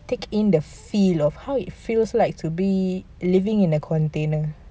take in the feel of how it feels like to be living in a container